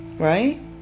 Right